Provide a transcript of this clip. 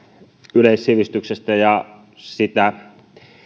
yleissivistyksestä eikä sitä